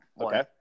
Okay